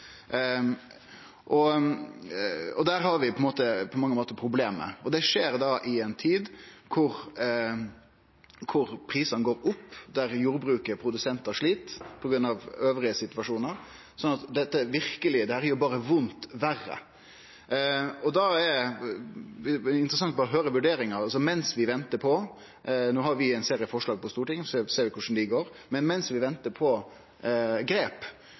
Der har vi på mange måtar problemet. Det skjer i ei tid der prisane går opp, og der jordbruket og produsentar slit på grunn av andre situasjonar, sånn at dette verkeleg berre gjer vondt verre. Da er det interessant å høyre vurderinga. No har vi ein serie forslag på Stortinget, så ser vi korleis dei går, men mens vi ventar på grep,